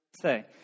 Say